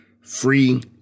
free